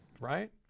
Right